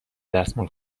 دستمال